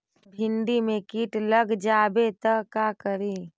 भिन्डी मे किट लग जाबे त का करि?